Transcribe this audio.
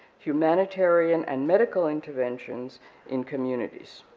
humanitarian and medical interventions in communities.